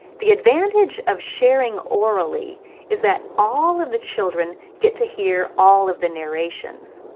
the advantage of sharing orally is that all of the children get to hear all of the narrations.